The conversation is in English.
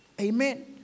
Amen